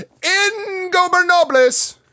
Ingobernables